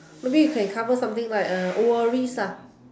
maybe we can cover something like worries